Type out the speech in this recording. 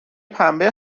پنبه